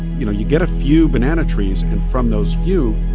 you know, you get a few banana trees, and from those few,